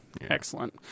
excellent